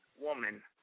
woman